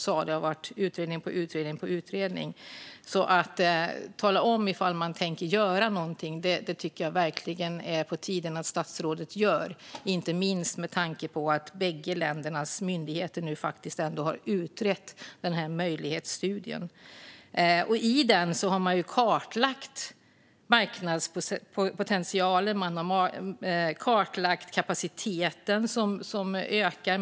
Jag tycker verkligen att det är på tiden att statsrådet talar om ifall man tänker göra någonting, inte minst med tanke på att bägge länders myndigheter nu faktiskt har utrett den här möjlighetsstudien. I möjlighetsstudien har man kartlagt marknadspotentialen och kapaciteten, som ökar.